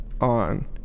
on